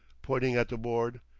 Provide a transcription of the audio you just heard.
pointing at the board.